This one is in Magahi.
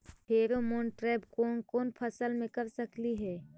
फेरोमोन ट्रैप कोन कोन फसल मे कर सकली हे?